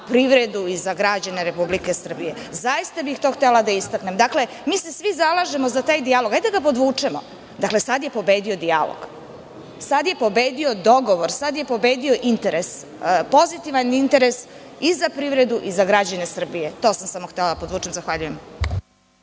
privredu i građane RS. Zaista bih to htela da istaknem. Dakle, svi se zalažemo za taj dijalog. Hajde da podvučemo – sada je pobedio dijalog. Sada je pobedio dogovor. Sada je pobedio interes, pozitivan i za privredu i za građane Srbije. To sam samo htela da podvučem. Zahvaljujem.